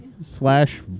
Slash